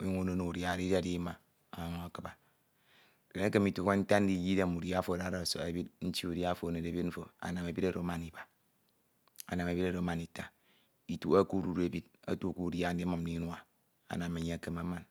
unyun unono e udia oro, idia ima ọnyuñ akiba ikeme itie ke ntak ndijie idem udia afo adade ọsọk ebid, nti udia afo onode ebid mfo, anam ebid oro aman iba, anam ebid oro aman ita itune k'udud ebid, otu ke udia ndimum e inua, anam e enye ekeme aman.